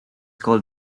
called